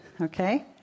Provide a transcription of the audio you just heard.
okay